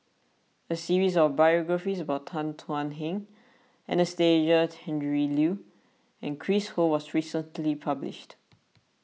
a series of biographies about Tan Thuan Heng Anastasia Tjendri Liew and Chris Ho was recently published